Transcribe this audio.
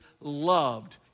loved